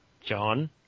John